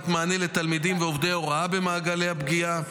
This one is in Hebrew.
מענה לתלמידים ועובדי הוראה במעגלי הפגיעה.